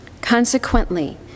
Consequently